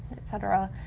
et cetera.